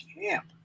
camp